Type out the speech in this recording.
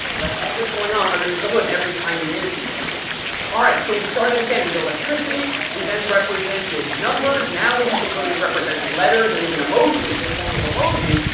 that's all that's going on underneath the hood, every time you use these things so we started again with electricity. we then represented numbers. now we have the ability to represent letters and even emotions in the form of emojis.